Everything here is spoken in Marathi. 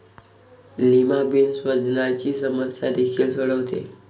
लिमा बीन्स वजनाची समस्या देखील सोडवते